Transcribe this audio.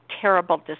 terrible